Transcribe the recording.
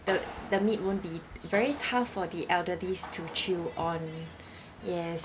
the the meat won't be very tough for the elderlies to chew on yes